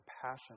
compassion